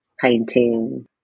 painting